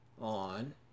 on